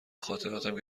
خاطراتم